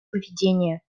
поведения